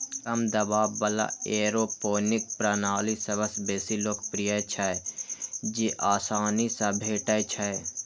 कम दबाव बला एयरोपोनिक प्रणाली सबसं बेसी लोकप्रिय छै, जेआसानी सं भेटै छै